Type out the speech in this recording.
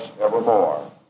evermore